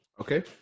Okay